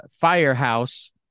firehouse